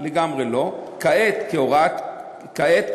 לגמרי לא, כעת כהוראה קבועה.